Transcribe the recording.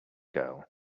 girl